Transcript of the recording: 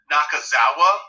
Nakazawa